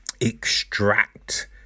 extract